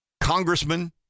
congressman